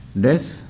death